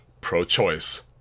pro-choice